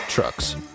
trucks